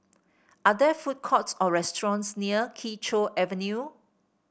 are there food courts or restaurants near Kee Choe Avenue